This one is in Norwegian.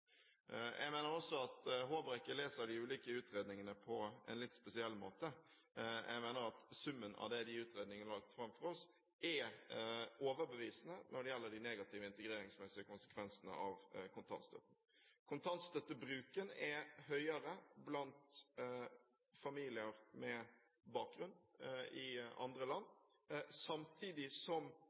Jeg mener også at Håbrekke leser de ulike utredningene på en litt spesiell måte. Jeg mener at summen av det som i de utredningene er lagt fram for oss, er overbevisende når det gjelder de negative integreringsmessige konsekvensene av kontantstøtten. Kontantstøttebruken er høyere blant familier med bakgrunn i andre land, samtidig som